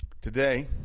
Today